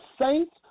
saints